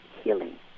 healing